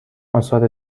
آثار